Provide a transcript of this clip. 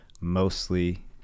mostly